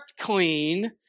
clean